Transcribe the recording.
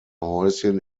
häuschen